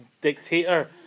dictator